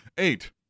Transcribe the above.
Eight